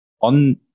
on